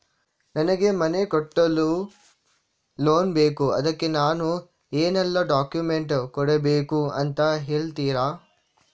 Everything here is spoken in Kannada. ನನಗೆ ಮನೆ ಕಟ್ಟಲು ಲೋನ್ ಬೇಕು ಅದ್ಕೆ ನಾನು ಏನೆಲ್ಲ ಡಾಕ್ಯುಮೆಂಟ್ ಕೊಡ್ಬೇಕು ಅಂತ ಹೇಳ್ತೀರಾ?